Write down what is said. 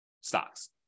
stocks